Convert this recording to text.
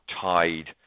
tied